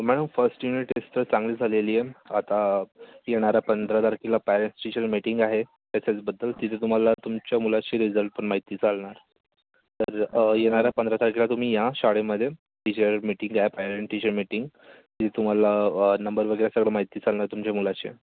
madam first unit test तर चांगली झालेली आहे आता येणाऱ्या पंधरा तारखेला पॅरेन्ट्स टीचर मीटिंग आहे त्याच्याचबद्दल तिथे तुम्हाला तुमच्या मुलाचे रिझल्ट पण माहिती चालणार तर येणाऱ्या पंधरा तारखेला तुम्ही या शाळेमध्ये टीचर मीटिंग आहे पॅरेन्ट टीचर मीटिंग तिथे तुम्हाला नंबर वगैरे सर्व माहिती चालणार तुमच्या मुलाचे